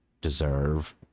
deserve